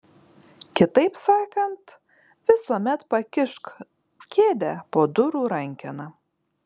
kitaip sakant visuomet pakišk kėdę po durų rankena